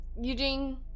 Eugene